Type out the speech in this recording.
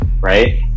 right